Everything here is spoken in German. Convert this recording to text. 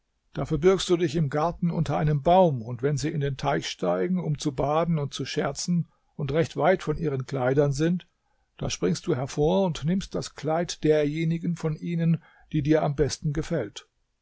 da verbirgst du dich im garten unter einem baum und wenn sie in den teich steigen um zu baden und zu scherzen und recht weit von ihren kleidern sind da springst du hervor und nimmst das kleid derjenigen von ihnen die dir am besten gefällt